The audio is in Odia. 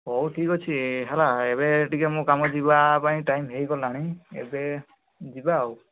ହେଉ ଠିକ୍ ଅଛି ହେଲା ଏବେ ଟିକେ ମୁଁ କାମ ଯିବା ପାଇଁ ଟାଇମ୍ ହୋଇଗଲାଣି ଏବେ ଯିବା ଆଉ